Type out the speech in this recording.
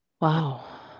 Wow